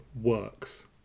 works